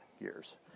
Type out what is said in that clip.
years